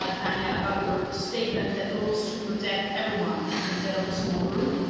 ah tania, about your statement that laws should protect everyone instead of a small group.